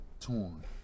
torn